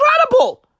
incredible